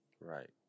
right